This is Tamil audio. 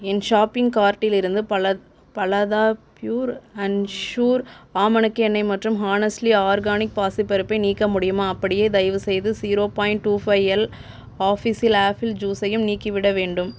என் ஷாப்பிங் கார்ட்டிலிருந்து பல பலதா ப்யூர் அன்ட் ஷுர் ஆமணக்கு எண்ணெய் மற்றும் ஹானெஸ்ட்லி ஆர்கானிக் பாசிப் பருப்பை நீக்க முடியுமா அப்படியே தயவுசெய்து zero point two five L ஆப்பி ஃபிஸ் ஆப்பிள் ஜுஸையும் நீக்கிவிட வேண்டும்